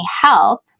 help